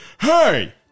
Hey